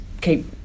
keep